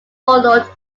followed